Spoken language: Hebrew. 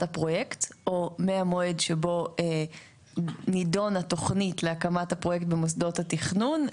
הפרויקט או מהמועד שבו נידונה תוכנית להקמת הפרויקט במוסדות התכנון,